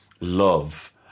love